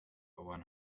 one